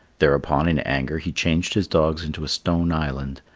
thereupon, in anger, he changed his dogs into a stone island,